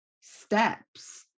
steps